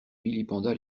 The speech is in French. vilipenda